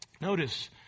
Notice